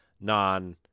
non